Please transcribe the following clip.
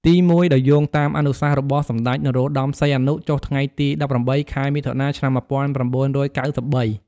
ទីមួយ ដោយយោងតាមអនុសាសន៍របស់សម្តេច នរោត្តម សីហនុ ចុះថ្ងៃទី១៨ ខែមិថុនា ឆ្នាំ១៩៩៣។